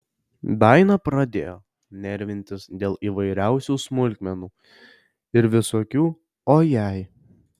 daina pradėjo nervintis dėl įvairiausių smulkmenų ir visokių o jei